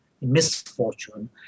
Misfortune